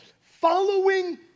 following